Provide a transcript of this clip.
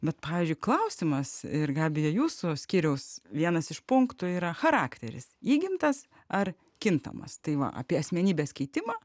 bet pavyzdžiui klausimas ir gabija jūsų skyriaus vienas iš punktų yra charakteris įgimtas ar kintamas tai va apie asmenybės keitimą